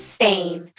fame